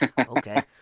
okay